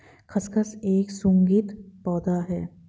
खसखस एक सुगंधित पौधा है